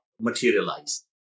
materialize